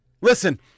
Listen